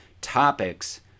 topics